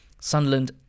Sunderland